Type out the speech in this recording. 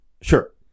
Sure